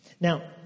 Now